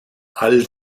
all